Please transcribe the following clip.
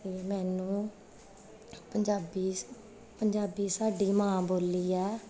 ਅਤੇ ਮੈਨੂੰ ਪੰਜਾਬੀ ਪੰਜਾਬੀ ਸਾਡੀ ਮਾਂ ਬੋਲੀ ਆ